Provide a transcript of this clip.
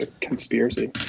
Conspiracy